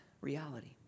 reality